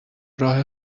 راهی